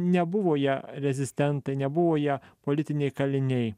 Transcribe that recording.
nebuvo jie rezistentai nebuvo jie politiniai kaliniai